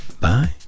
Bye